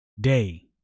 Day